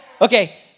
Okay